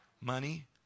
money